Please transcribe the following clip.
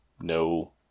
no